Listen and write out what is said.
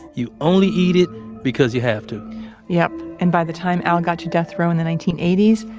you only eat it because you have to yep. and by the time al got to death row in the nineteen eighty s,